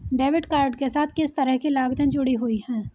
Debit card के साथ किस तरह की लागतें जुड़ी हुई हैं?